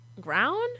ground